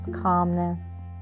calmness